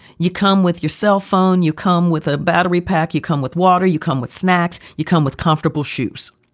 you come with your cell phone. you come with a battery pack. you come with water, you come with snacks, you come with comfortable shoes.